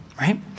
right